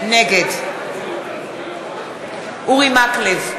נגד אורי מקלב,